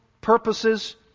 purposes